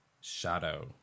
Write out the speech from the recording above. shadow